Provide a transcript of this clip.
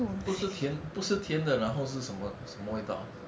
不是甜不是甜的然后是什么味道